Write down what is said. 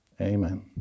Amen